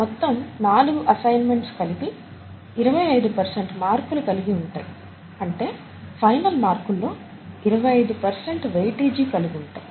మొత్తం నాలుగు అసైన్మెంట్స్ కలిపి ఇరవై ఐదు పర్సెంట్ మార్కులు కలిగి ఉంటాయి అంటే ఫైనల్ మార్కుల్లో ఇరవై ఐదు పర్సెంట్ వెయిటేజీ కలిగి ఉంటాయి